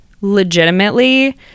legitimately